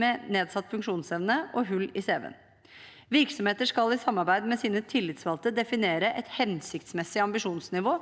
med nedsatt funksjonsevne og hull i cv-en. Virksomheter skal i samarbeid med sine tillitsvalgte definere et hensiktsmessig ambisjonsnivå